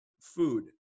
food